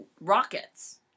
rockets